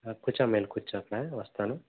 కూర్చోమ్మ వెళ్ళి కూర్చో అక్కడ వస్తాను